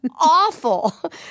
awful